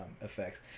effects